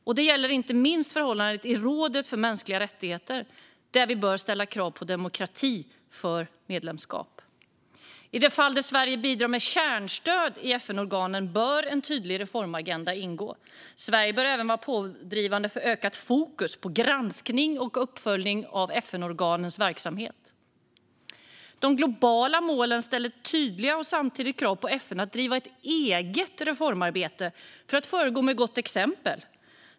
Detta gäller inte minst förhållandena i rådet för mänskliga rättigheter, där vi bör ställa krav på demokrati för medlemskap. I de fall där Sverige bidrar med kärnstöd till FN-organ bör en tydlig reformagenda ingå. Sverige bör även vara pådrivande för ett ökat fokus på granskning och uppföljning av FN-organens verksamhet. De globala målen ställer samtidigt tydliga krav på FN att driva ett eget reformarbete för att föregå med gott exempel.